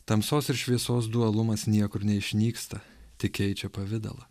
tamsos ir šviesos dualumas niekur neišnyksta tik keičia pavidalą